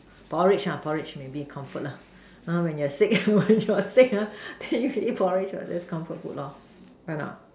porridge ah porridge porridge is comfort lah !huh! when you're sick then you eat porridge what that's comfort food correct not